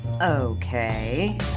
Okay